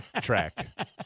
Track